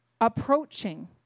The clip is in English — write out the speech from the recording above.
approaching